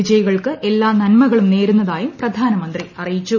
വിജയികൾക്ക് എല്ലാ നന്മകളൂ്ള നേരുന്നതായും പ്രധാനമന്ത്രി അറിയിച്ചു